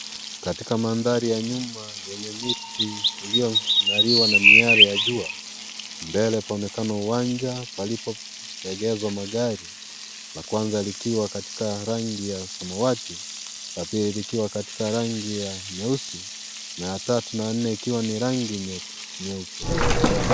Katika mandhari ya nyuma yenye miti iliyong'arishwa na miale ya jua, mbele paonekana uwanja palipoegezwa magari na kwanza likiwa katika rangi ya samawati, la pili likiwa katika rangi ya nyeusi, na ya tatu na ya nne ikiwa ni rangi nyeupe.